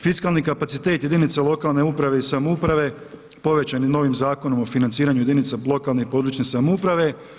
Fiskalni kapacitet jedinica lokalne uprave i samouprave povećan je novim Zakonom o financiranju lokalne i područne samouprave.